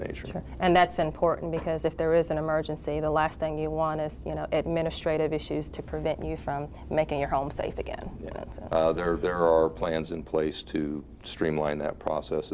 nature and that's important because if there is an emergency the last thing you want to you know administratively issues to prevent you from making your home safe again that there are there are plans in place to streamline that process